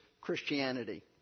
Christianity